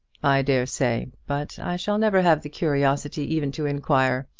i dare say but i shall never have the curiosity even to inquire.